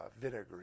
vinegary